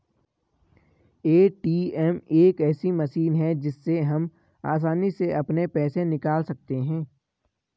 ATM एक ऐसी machine है जिससे हम आसानी से अपने पैसे निकाल सकते हैं